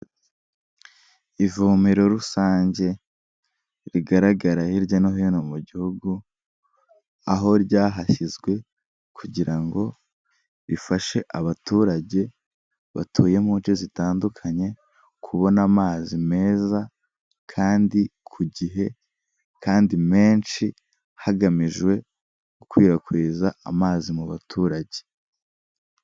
Ivomero rusange rigaragara hirya no hino mu gihugu, aho ryahashyizwe kugira ngo rifashe abaturage batuye mu nce zitandukanye kubona amazi meza kandi ku gihe kandi menshi, hagamijwe gukwirakwiza amazi mu baturage.